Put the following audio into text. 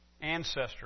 ancestor